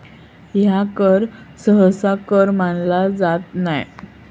ह्या कर सहसा कर मानला जात नाय